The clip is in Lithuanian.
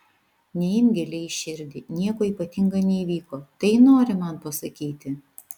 neimk giliai į širdį nieko ypatinga neįvyko tai nori man pasakyti